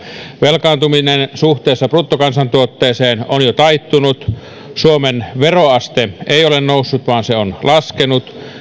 velkaantuminen suhteessa bruttokansantuotteeseen on jo taittunut suomen veroaste ei ole noussut vaan se on laskenut